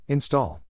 Install